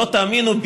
לא תאמינו,